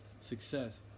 success